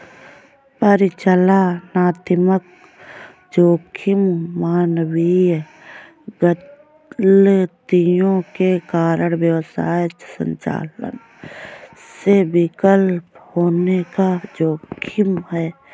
परिचालनात्मक जोखिम मानवीय गलतियों के कारण व्यवसाय संचालन के विफल होने का जोखिम है